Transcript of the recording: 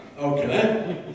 Okay